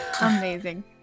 amazing